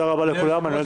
אדוני היושב-ראש,